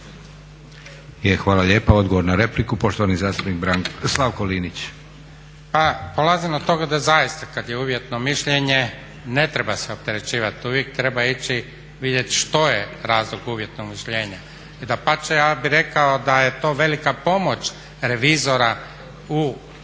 Hvala lijepa. Odgovor na repliku, poštovani zastupnik Slavko Linić.